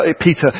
Peter